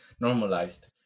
normalized